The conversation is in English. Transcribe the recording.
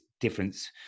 difference